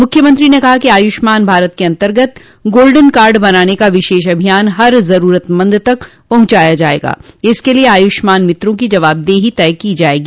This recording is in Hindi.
मुख्यमंत्री ने कहा कि आयुष्मान भारत के अन्तर्गत गोल्डन कार्ड बनाने का विशेष अभियान हर जरूरतमंद तक पहुंचाया जायेगा इसके लिए आयुष्मान मित्रों की जवाबदेही तय की जायेगी